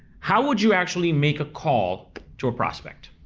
how would you actually make a call to a prospect?